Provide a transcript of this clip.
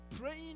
praying